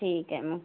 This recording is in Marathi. ठीक आहे मग